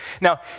Now